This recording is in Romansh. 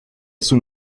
sun